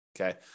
okay